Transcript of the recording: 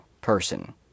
person